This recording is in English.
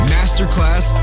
Masterclass